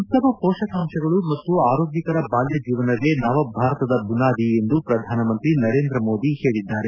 ಉತ್ತಮ ಮೋಷಕಾಂಶಗಳು ಮತ್ತು ಆರೋಗ್ಯಕರ ಬಾಲ್ಯ ಜೀವನವೇ ನವ ಭಾರತದ ಬುನಾದಿ ಎಂದು ಪ್ರಧಾನಮಂತ್ರಿ ನರೇಂದ್ರ ಮೋದಿ ಹೇಳಿದ್ದಾರೆ